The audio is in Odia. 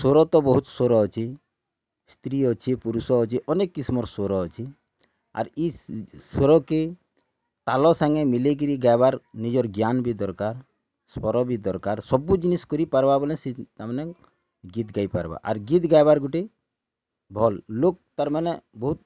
ସ୍ୱର ତ ବହୁତ ସ୍ୱର ଅଛି ସ୍ତ୍ରୀ ଅଛି ପୁରୁଷ ଅଛି ଅନେକ କିସମ୍ର ସ୍ୱର ଅଛି ଆର୍ ଇ ସ୍ୱର କେ ତାଲ ସାଙ୍ଗେ ମିଲେଇକରି ଗାଇବାର୍ ନିଜର୍ ଜ୍ଞାନ ବି ଦର୍କାର୍ ସ୍ଵର ବି ଦରକାର୍ ସବୁ ଜିନିଷ୍ କିରିପାର୍ବା ବୋଲେ ତା ମାନେ ଗୀତ ଗାଇପାର୍ବା ଆର୍ ଗୀତ ଗାଇବାର୍ ଗୁଟେ ଭଲ୍ ଲୋକ୍ ତା'ର୍ ମାନେ ବହୁତ୍